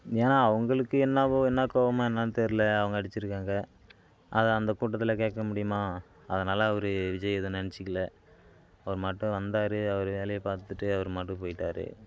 ஏன்னால் அவங்களுக்கு என்னாவோ என்ன கோவமா என்னென்னு தெரியல அவங்க அடிச்சுருக்காங்க அதை அந்த கூட்டத்தில் கேட்க முடியுமா அதனால் அவர் விஜய் எதுவும் நினச்சிக்கல அவர் மாட்டும் வந்தாரு அவர் வேலையை பார்த்துட்டு அவர் மாட்டும் போயிட்டார்